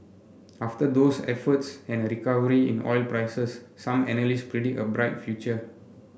after those efforts and a recovery in oil prices some analysts predict a bright future